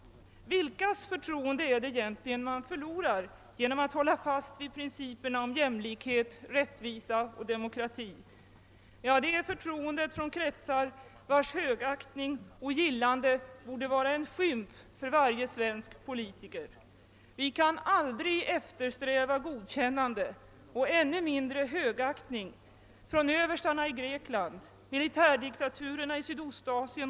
Vilkas förtroende är det egentligen man förlorar genom att hålla fast vid principerna om jämlikhet, rättvisa och demokrati? Ja, det är förtroendet från kretsar, vars högaktning och gillande borde vara en skymf för varje svensk politiker. Vi kan aldrig eftersträva godkännade, och ännu mindre högaktning, från överstarna i Grekland, militärdiktaturerna i Sydostasien.